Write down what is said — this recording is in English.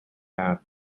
path